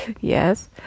Yes